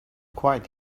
quite